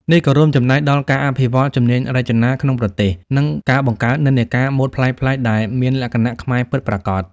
នេះក៏រួមចំណែកដល់ការ អភិវឌ្ឍន៍ជំនាញរចនា ក្នុងប្រទេស និងការបង្កើត និន្នាការម៉ូដប្លែកៗ ដែលមានលក្ខណៈខ្មែរពិតប្រាកដ។